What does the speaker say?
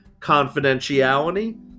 Confidentiality